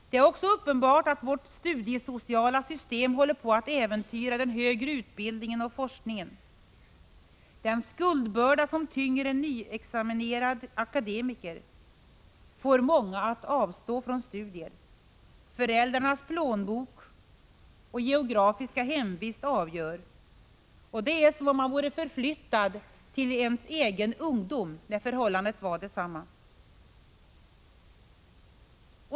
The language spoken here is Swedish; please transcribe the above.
Det är också uppenbart att vårt studiesociala system håller på att äventyra den högre utbildningen och forskningen. Den skuldbörda som tynger en nyexaminerad akademiker får många att avstå från studier. Föräldrarnas plånbok och geografiska hemvist avgör. Det är som om man vore förflyttad till sin egen ungdom, då förhållandet var detsamma.